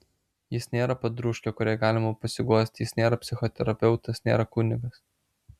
jis nėra padrūžkė kuriai galima pasiguosti jis nėra psichoterapeutas nėra kunigas